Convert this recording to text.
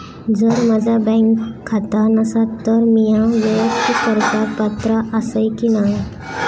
जर माझा बँक खाता नसात तर मीया वैयक्तिक कर्जाक पात्र आसय की नाय?